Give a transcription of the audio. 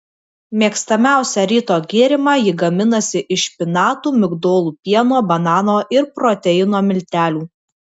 mėgstamiausią ryto gėrimą ji gaminasi iš špinatų migdolų pieno banano ir proteino miltelių